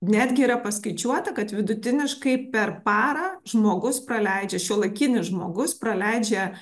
netgi yra paskaičiuota kad vidutiniškai per parą žmogus praleidžia šiuolaikinis žmogus praleidžia